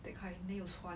that kind then 有船